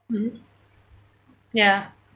mmhmm ya